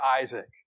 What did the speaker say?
Isaac